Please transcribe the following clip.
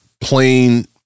plain